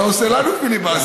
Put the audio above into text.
אתה עושה לנו פיליבסטר.